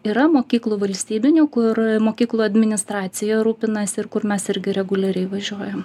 yra mokyklų valstybinių kur mokyklų administracija rūpinasi ir kur mes irgi reguliariai važiuojam